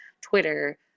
Twitter